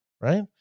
right